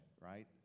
right